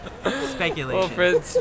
Speculation